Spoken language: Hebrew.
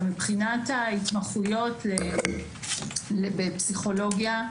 מבחינת ההתמחויות בפסיכולוגיה,